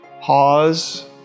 pause